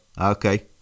Okay